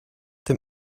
dem